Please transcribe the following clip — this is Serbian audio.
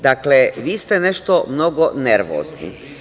Dakle, vi ste nešto mnogo nervozni.